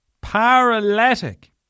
Paralytic